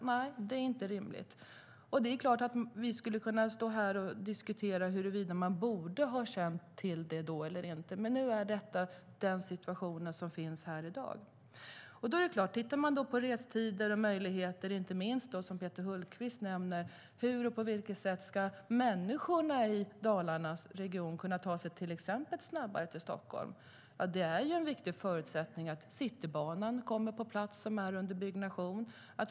Nej, det är inte rimligt. Det är klart att vi skulle kunna stå här och diskutera huruvida man borde ha känt till det då eller inte, men nu är detta den situation som finns här i dag. Om man tittar på restider och möjligheter, inte minst när det gäller det som Peter Hultqvist nämner - hur och på vilket sätt människorna i Dalarnas region ska kunna ta sig snabbare exempelvis till Stockholm - är en viktig förutsättning att Citybanan kommer på plats. Den är under byggnation.